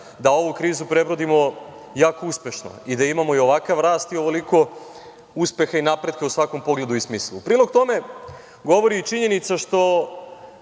da ovu krizu prebrodimo jako uspešno i da imamo ovakav rast i ovoliko uspeha i napretka u svakom pogledu i smislu.U prilog tome govori i činjenica što